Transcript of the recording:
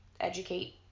educate